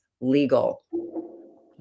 legal